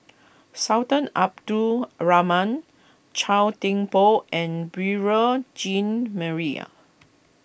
Sultan Abdul Rahman Chua Thian Poh and Beurel Jean Maria